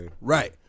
Right